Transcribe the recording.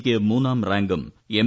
യ്ക്ക് മൂന്നാം റാങ്കും എം